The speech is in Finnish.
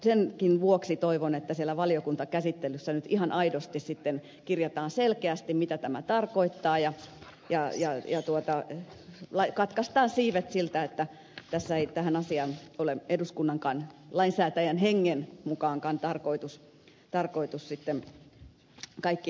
senkin vuoksi toivon että siellä valiokuntakäsittelyssä nyt ihan aidosti sitten kirjataan selkeästi mitä tämä tarkoittaa ja katkaistaan siivet siltä että tähän asiaan ei ole eduskunnankaan lainsäätäjän hengen mukaan tarkoitus sitten kaikkinensa palata